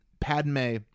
padme